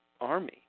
army